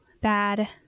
bad